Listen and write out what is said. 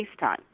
FaceTime